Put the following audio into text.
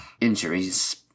injuries